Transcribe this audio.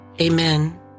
Amen